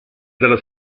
della